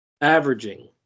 averaging